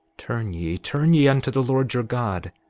turn ye, turn ye unto the lord your god.